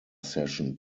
session